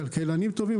לכלכלנים טובים.